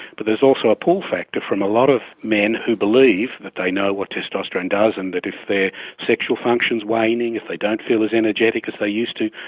but there's also a pull factor from a lot of men who believe that they know what testosterone does and that if their sexual function is waning, if they don't feel as energetic as they used to,